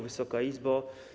Wysoka Izbo!